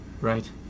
right